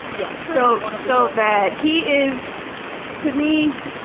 yeah so, and so bad. he is to me.